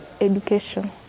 education